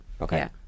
Okay